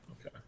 Okay